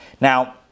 Now